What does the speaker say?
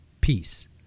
Peace